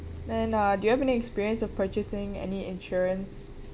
then uh do you have any experience of purchasing any insurance